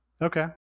Okay